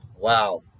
Wow